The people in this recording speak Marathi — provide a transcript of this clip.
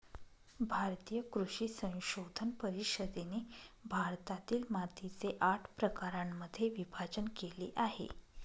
भारतीय कृषी संशोधन परिषदेने भारतातील मातीचे आठ प्रकारांमध्ये विभाजण केले आहे